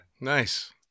Nice